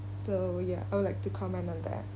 so ya I would like to comment on that